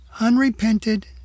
unrepented